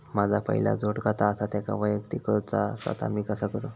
माझा पहिला जोडखाता आसा त्याका वैयक्तिक करूचा असा ता मी कसा करू?